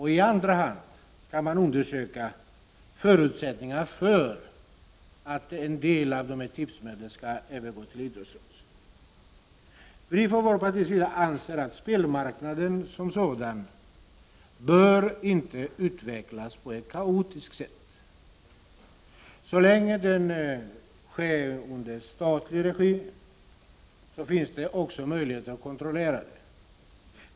I andra hand skulle man undersöka förutsättningarna för att en del av tipsmedlen övergår till idrottsrörelsen. Vi anser från vpk:s sida att spelmarknaden som sådan inte bör utvecklas på ett kaotiskt sätt. Så länge den sker under statlig regi finns det också möjligheter att kontrollera den.